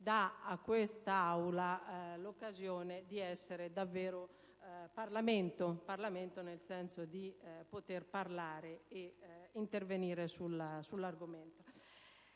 dà a quest'Aula l'occasione di essere davvero Parlamento, nel senso di poter parlare ed intervenire sull'argomento.